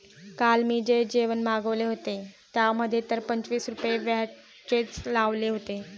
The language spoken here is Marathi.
काल मी जे जेवण मागविले होते, त्यामध्ये तर पंचवीस रुपये व्हॅटचेच लावले होते